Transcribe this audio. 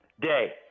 Day